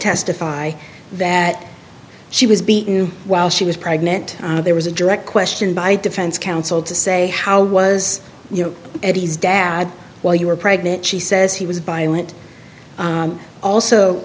testify that she was beaten while she was pregnant there was a direct question by defense counsel to say how was you eddy's dad while you were pregnant she says he was violent also